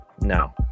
no